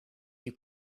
you